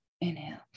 Inhale